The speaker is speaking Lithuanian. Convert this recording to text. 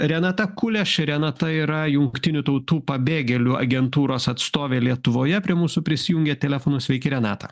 renata kuleš renata yra jungtinių tautų pabėgėlių agentūros atstovė lietuvoje prie mūsų prisijungia telefonu sveiki renata